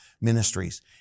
Ministries